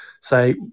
say